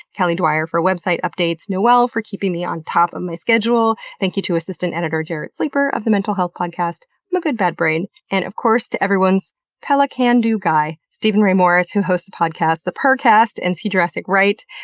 kelly dwyer, for website updates. noel for keeping me on top of my schedule. thank you to assistant editor jarrett sleeper of the mental health podcast my good bad brain. and of course to everyone's peli-can-do guy, steven ray morris, who hosts the podcasts the purrrcast and see jurassic right.